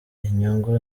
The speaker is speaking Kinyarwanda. inyungu